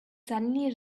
suddenly